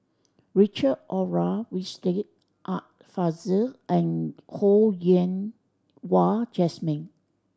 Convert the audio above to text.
Richard Olaf Winstedt Art Fazil and Ho Yen Wah Jesmine